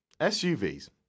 SUVs